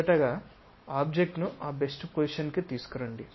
మొదటగా ఆబ్జెక్ట్ ను ఆ బెస్ట్ పొజిషన్ కు తీసుకురండి